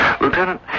Lieutenant